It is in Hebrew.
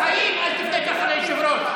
בחיים אל תפנה ככה ליושב-ראש.